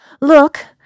Look